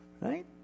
right